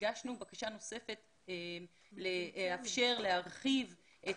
הגשנו בקשה נוספת לאפשר להרחיב את